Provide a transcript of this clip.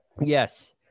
Yes